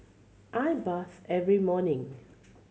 I bath every morning